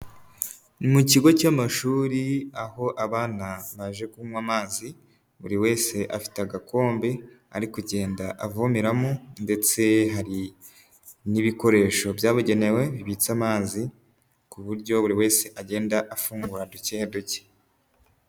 Mu kigo cy'amashuri, aho abana baje kunywa amazi, buri wese afite agakombe, ari kugenda avomeramo, ndetse hari n'ibikoresho byabugenewe bibitse amazi ku buryo buri wese agenda afungura ducye ducye.